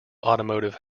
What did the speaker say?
automotive